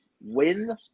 Win